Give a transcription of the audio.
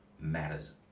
matters